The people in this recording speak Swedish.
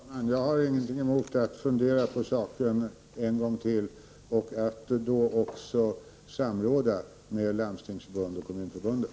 Herr talman! Jag har ingenting emot att fundera på saken en gång till och att då också samråda med Landstingsförbundet och Kommunförbundet.